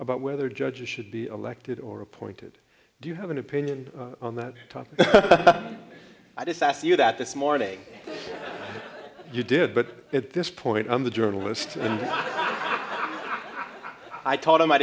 about whether judges should be elected or appointed do you have an opinion on that talking to you that this morning you did but at this point i'm a journalist i told him i